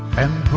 am